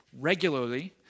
regularly